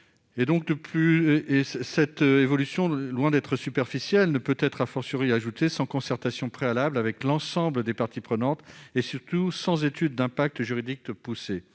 robuste. Cette évolution, loin d'être superficielle, ne peut être ajoutée sans concertation préalable avec l'ensemble des parties prenantes et, surtout, sans étude d'impact juridique poussée.